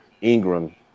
Ingram